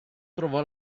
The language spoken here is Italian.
trovò